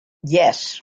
yes